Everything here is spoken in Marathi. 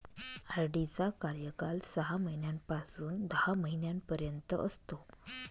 आर.डी चा कार्यकाळ सहा महिन्यापासून दहा महिन्यांपर्यंत असतो